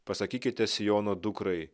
pasakykite siono dukrai